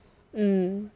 mm